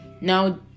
now